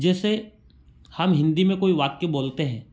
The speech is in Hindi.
जैसे हम हिंदी में कोई वाक्य बोलते हैं